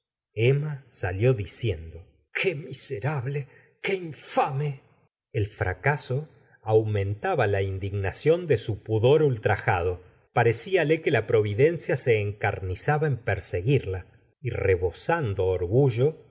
emma salia diciendo qué miserable qué infame el fracaso aumentaba la indignación de su pudor ultrajado parecíale que la providencia se en c rni zaba en perseguirla y rebosando orgullo